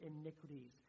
iniquities